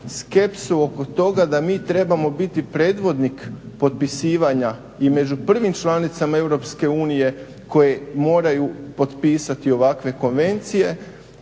skepsu oko toga da mi trebamo biti predvodnik potpisivanja i među prvim članicama EU koje moraju potpisati ovakve konvencije